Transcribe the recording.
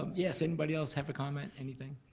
um yes anybody else have a comment, anything?